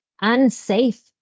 unsafe